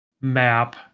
map